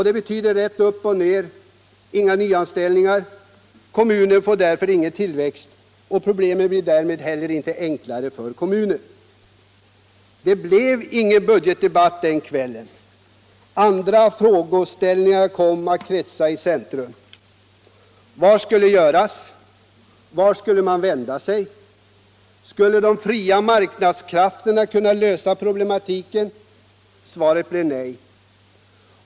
Det betyder rakt upp och ned inga nyanställningar. Kommunen får därför ingen tillväxt, och problemet blir därmed heller inte enklare. Det blev ingen budgetdebatt den kvällen. Andra frågeställningar kom att kretsa i centrum. Vad skulle göras? Vart skulle man vända sig? Skulle de fria marknadskrafterna kunna lösa problemen? Svaret blev: Nej.